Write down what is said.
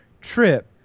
trip